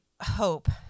hope